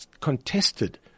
contested